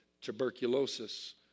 tuberculosis